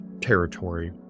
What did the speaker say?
territory